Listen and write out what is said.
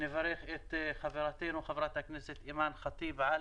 את חברת הכנסת אימאן ח'טיב על